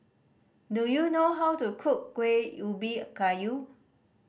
do you know how to cook Kuih Ubi Kayu